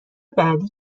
بعدی